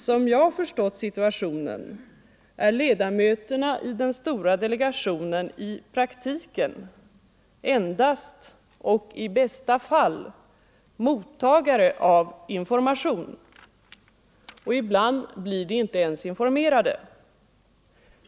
Som jag förstått situationen är ledamöterna i den stora delegationen i praktiken endast — och i bästa fall — mottagare av information — och ibland blir de inte ens informerade.